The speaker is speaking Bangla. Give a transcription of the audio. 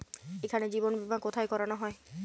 এখানে জীবন বীমা কোথায় করানো হয়?